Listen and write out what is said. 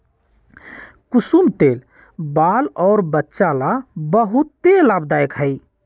कुसुम तेल बाल अउर वचा ला बहुते लाभदायक हई